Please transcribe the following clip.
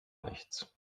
nichts